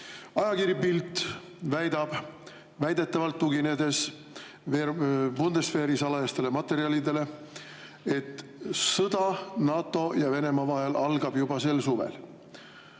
Ajakiri Bild väidab, väidetavalt tuginedes bundesveeri salajastele materjalidele, et sõda NATO ja Venemaa vahel algab juba sel suvel.